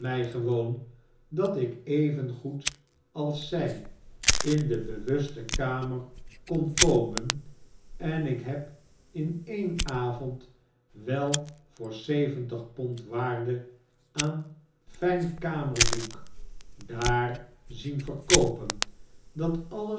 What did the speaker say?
gewoon dat ik evengoed als zij in de bewuste kamer kon komen en ik heb in een avond wel voor zeventig pond waarde aanfijnkamerdoek ay zien verkoopen dat alles